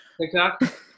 tiktok